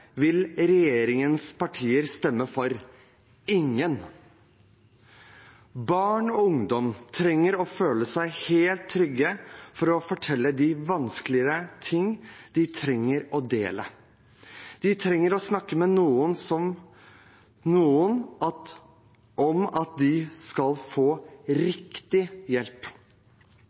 vil regjeringens partier stemme for – ingen. Barn og ungdom trenger å føle seg helt trygge for å kunne fortelle om de vanskelige tingene de trenger å dele. De trenger å snakke med noen om de skal få riktig hjelp.